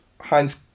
Heinz